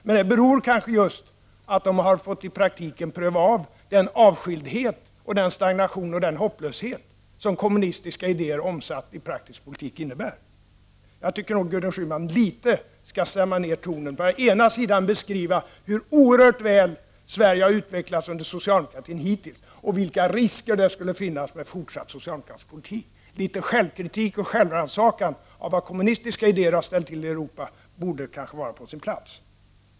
Men det beror väl på att man i Ungern i praktiken har fått pröva av den avskildhet, den stagnation och den hopplöshet som kommunistiska idéer omsatta i praktisk politik innebär. Jag tycker att Gudrun Schyman litet skall stämma ner tonen. Å ena sidan beskriver hon hur oerhört väl Sverige har utvecklats under socialdemokratin hittills och å andra sidan vilka risker det skulle finnas med fortsatt socialdemokratisk politik. Litet självkritik och självrannsakan med tanke på vad kommunistiska idéer har ställt till i Europa borde vara på sin plats.